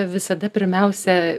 visada pirmiausia